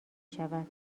شود